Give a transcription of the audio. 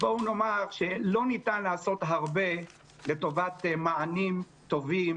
בואו נאמר שלא ניתן לעשות הרבה לטובת מענים טובים